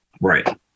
Right